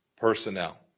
personnel